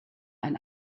ein